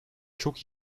çok